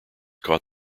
caught